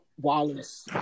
Wallace